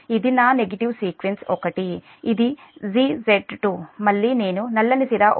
ఇది నా negative sequence ఒకటి ఇది g Z2 మళ్ళీ నేను నల్లని సిరా ఉపయోగించాను